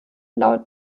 laut